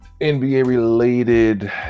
NBA-related